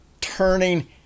turning